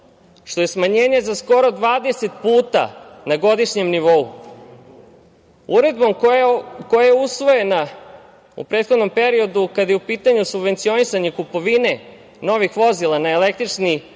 što je smanjenje za skoro 20 puta na godišnjem nivou. Uredbom koja je usvojena u prethodnom periodu kada je u pitanju subvencionisanje kupovine novih vozila na električni